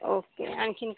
okay आणखी